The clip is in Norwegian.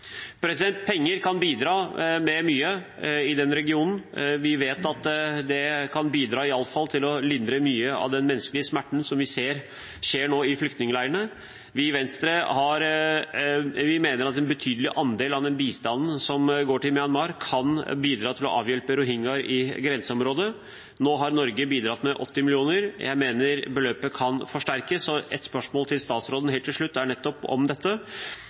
fremmedgjørende. Penger kan bidra til mye i den regionen. Vi vet at penger i alle fall kan bidra til å lindre mye av den menneskelige smerten som vi nå ser i flyktningleirene. Vi i Venstre mener at en betydelig andel av bistanden som går til Myanmar, kan bidra til å hjelpe rohingyaer i grenseområdet. Nå har Norge bidratt med 80 mill. kr. Jeg mener beløpet kan økes. Et spørsmål til statsråden helt til slutt er om nettopp dette.